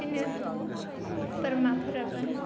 बिदिनो बोरमाफोराबो